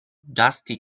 dusty